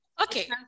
Okay